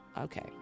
okay